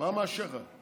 מה מאשר לך?